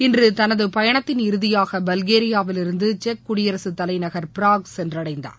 இன்று தனது பயணத்தின் இறதியாக பல்கேரியாவிலிருந்து செக் குடியரசு தலைநகர் ப்ராக் சென்றடைந்தார்